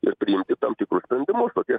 ir priimti tam tikrus sprendimus o tie